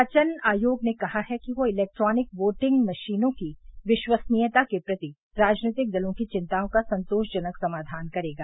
निर्वाचन आयोग ने कहा है कि वह इलेक्ट्रोनिक वोटिंग मशीनों की विश्वसनीयता के प्रति राजनीतिक दलों की चिंताओं का संतोषजनक समाधान करेगा